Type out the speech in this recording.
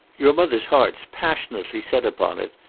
your mother's heart's passionately set upon it,